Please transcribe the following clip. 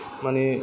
माने